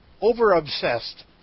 over-obsessed